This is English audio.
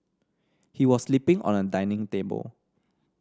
he was sleeping on a dining table